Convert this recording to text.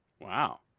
Wow